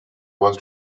was